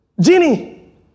genie